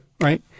right